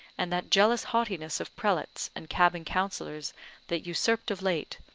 and that jealous haughtiness of prelates and cabin counsellors that usurped of late,